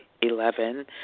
Eleven